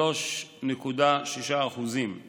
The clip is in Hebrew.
3.6%;